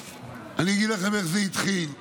אני אגיד לכם איך זה התחיל.